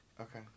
Okay